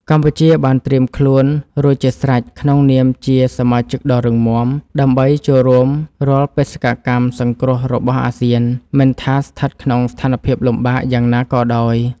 កម្ពុជាបានត្រៀមខ្លួនរួចជាស្រេចក្នុងនាមជាសមាជិកដ៏រឹងមាំ ដើម្បីចូលរួមរាល់បេសកកម្មសង្គ្រោះរបស់អាស៊ាន មិនថាស្ថិតក្នុងស្ថានភាពលំបាកយ៉ាងណាក៏ដោយ។